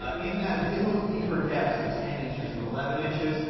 ah in those in those deeper depths of ten inches and eleven inches,